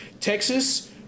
Texas